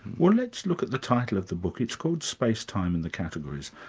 well let's look at the title of the book. it's called space, time and the categories,